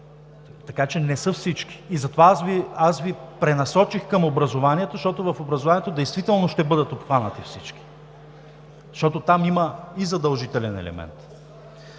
така че не са всички. Затова аз Ви пренасочих към образованието, защото в образованието действително ще бъдат обхванати всички, защото там има и задължителен елемент.